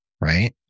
right